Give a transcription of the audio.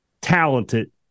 talented